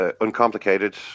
uncomplicated